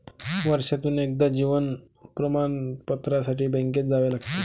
वर्षातून एकदा जीवन प्रमाणपत्रासाठी बँकेत जावे लागते